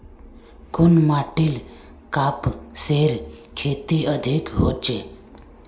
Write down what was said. कुन माटित कपासेर खेती अधिक होचे?